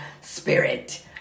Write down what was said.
spirit